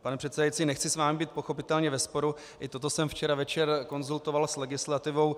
Pane předsedající, nechci s vámi pochopitelně ve sporu, i toto jsem včera večer konzultoval s legislativou.